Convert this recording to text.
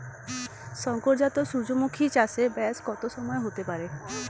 শংকর জাত সূর্যমুখী চাসে ব্যাস কত সময় হতে পারে?